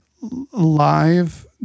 live